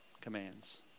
commands